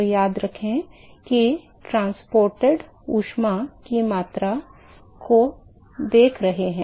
तो याद रखें कि ट्रांसपोर्टइड ऊष्मा की मात्रा को देख रहे हैं